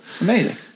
amazing